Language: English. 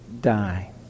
die